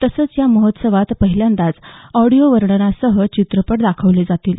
तसंच या महोत्सवात पहिल्यांदाच ऑडिओ वर्णनासह चित्रपट दाखविले जातील